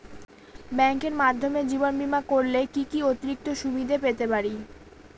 ব্যাংকের মাধ্যমে জীবন বীমা করলে কি কি অতিরিক্ত সুবিধে পেতে পারি?